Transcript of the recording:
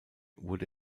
wurde